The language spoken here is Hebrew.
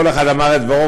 כל אחד אמר את דברו,